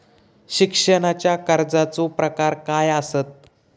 शिक्षणाच्या कर्जाचो प्रकार काय आसत?